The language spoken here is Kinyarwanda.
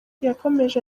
yakomeje